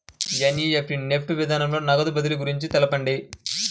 NEFT NEFT విధానంలో నగదు బదిలీ గురించి తెలుపండి?